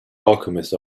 alchemist